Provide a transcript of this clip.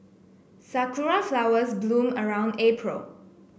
sakura flowers bloom around April